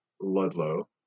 Ludlow